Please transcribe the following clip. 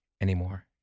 anymore